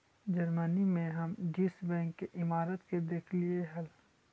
Germany में हम Deutsche bank के इमारत के देखलीअई हल